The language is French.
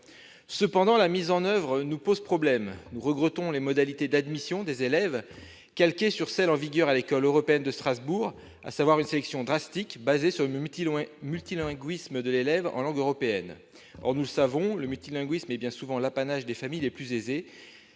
Cependant, la mise en oeuvre de ce dispositif nous pose problème. Ainsi, nous regrettons les modalités d'admission des élèves, calquées sur celles qui sont en vigueur à l'école européenne de Strasbourg, à savoir une sélection drastique fondée sur le multilinguisme de l'élève dans une langue européenne. Or, nous le savons, le multilinguisme est bien souvent l'apanage des familles les plus aisées,